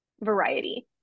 variety